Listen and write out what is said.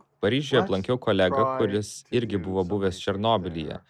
paryžiuje aplankiau kolegą kuris irgi buvo buvęs černobylyje